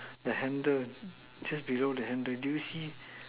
the handler just below the handler do you see